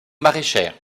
maraîchère